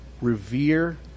revere